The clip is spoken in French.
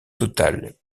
total